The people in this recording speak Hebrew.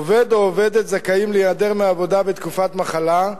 עובד או עובדת זכאים להיעדר מהעבודה בתקופת מחלה,